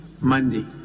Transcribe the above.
monday